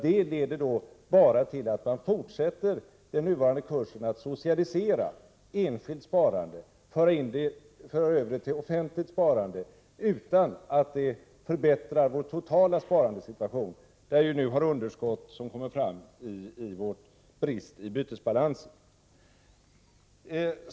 Det leder bara till att man fortsätter den nuvarande kursen, dvs. att socialisera enskilt sparande och föra över det till offentligt sparande utan att det förbättrar den totala sparandesituationen, där det nu finns ett underskott som kommer fram i en brist i bytesbalansen.